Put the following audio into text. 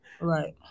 Right